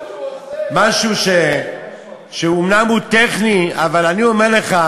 זה משהו שאומנם הוא טכני, אבל אני אומר לך,